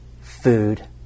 food